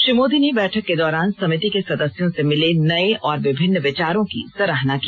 श्री मोदी ने बैठक के दौरान समिति के सदस्यों से मिले नए और विभिन्न विचारों की सराहना की